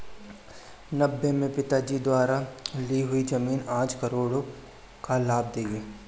नब्बे में पिताजी द्वारा ली हुई जमीन आज करोड़ों का लाभ देगी